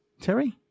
Terry